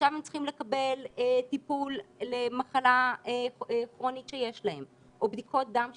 עכשיו הם צריכים לקבל טיפול למחלה כרונית שיש להם או בדיקות דם שגרתיות,